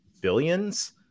billions